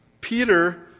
Peter